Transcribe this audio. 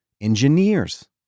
Engineers